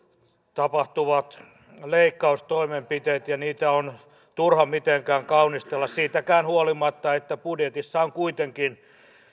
tapahtuvat leikkaustoimenpiteet ja niitä on turha mitenkään kaunistella siitäkään huolimatta että budjetissa on kuitenkin